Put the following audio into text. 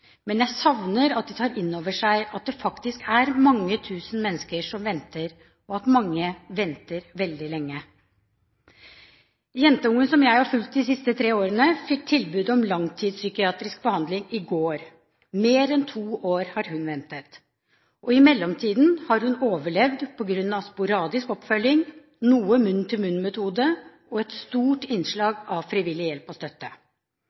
men jeg savner at de tar inn over seg at det faktisk er mange tusen mennesker som venter, og at mange venter veldig lenge. Jentungen som jeg har fulgt de siste tre årene, fikk tilbud om langtidspsykiatrisk behandling i går. I mer enn to år har hun ventet. I mellomtiden har hun overlevd på grunn av sporadisk oppfølging, noe munn-til-munn-metode, og et stort innslag av frivillig hjelp og støtte.